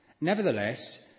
Nevertheless